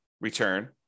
return